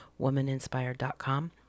womaninspired.com